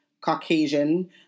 Caucasian